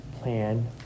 plan